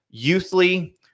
youthly